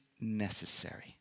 necessary